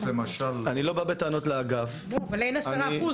אני לא בא בטענות לאגף --- אבל אין עשרה אחוז.